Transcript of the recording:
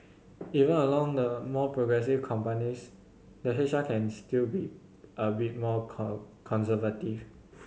even along the more progressive companies the H R can still be a bit more conservative